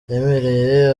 yemereye